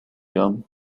young